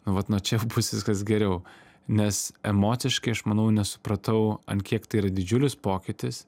na vat nuo čia bus viskas geriau nes emociškai aš manau nesupratau ant kiek tai yra didžiulis pokytis